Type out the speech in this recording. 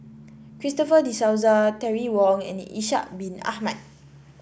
Christopher De Souza Terry Wong and Ishak Bin Ahmad